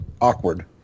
awkward